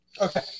Okay